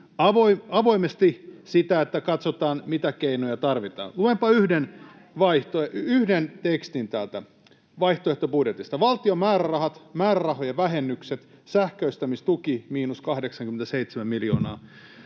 avoimesti sitä, että katsotaan, mitä keinoja tarvitaan. Luenpa yhden tekstin täältä vaihtoehtobudjetista: valtion määrärahat, määrärahojen vähennykset, sähköistämistuki miinus 87 miljoonaa.